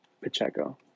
Pacheco